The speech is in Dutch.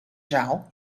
zaal